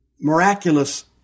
miraculous